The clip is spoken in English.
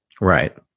Right